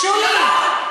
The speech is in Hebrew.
שולי,